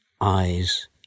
eyes